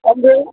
ओमफ्राय